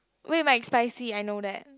wait McSpicy I know that